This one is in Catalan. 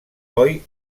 boi